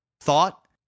thought